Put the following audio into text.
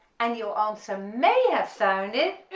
and your answer may have sounded,